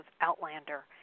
Outlander